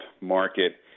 market